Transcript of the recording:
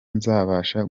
nzabasha